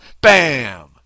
Bam